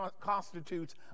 constitutes